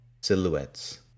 silhouettes